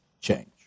change